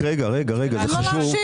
רק רגע, זה חשוב.